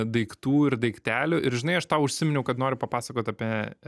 daiktų ir daiktelių ir žinai aš tau užsiminiau kad noriu papasakot apie